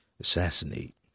assassinate